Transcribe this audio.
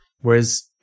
Whereas